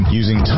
using